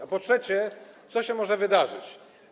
A po trzecie, co się może wydarzyć?